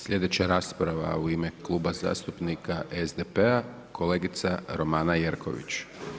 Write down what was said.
Slijedeća rasprava u ime Kluba zastupnika SDP-a, kolegica Romana Jerković.